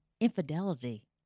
Infidelity